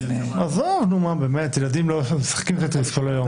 נו, באמת, ילדים שמשחקים טטריס כל היום.